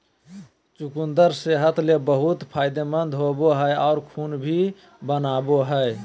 चुकंदर सेहत ले बहुत फायदेमंद होवो हय आर खून भी बनावय हय